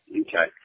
Okay